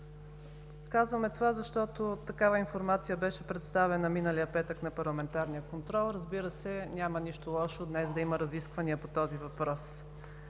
Казваме това, защото такава информация беше представена миналия петък на парламентарния контрол. Разбира се, няма нищо лошо днес да има разисквания по този въпрос.